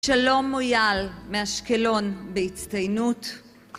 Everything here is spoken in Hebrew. שלום מויאל מאשקלון בהצטיינות